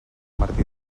martí